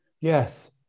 Yes